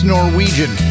Norwegian